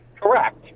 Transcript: Correct